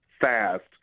fast